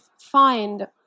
find